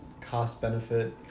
Cost-benefit